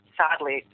sadly